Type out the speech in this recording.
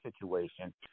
situation